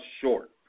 short